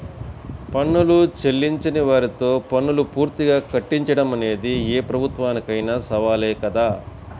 పన్నులు చెల్లించని వారితో పన్నులు పూర్తిగా కట్టించడం అనేది ఏ ప్రభుత్వానికైనా సవాలే కదా